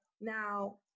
now